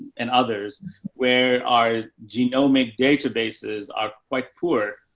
and others where our genomic databases are quite poor,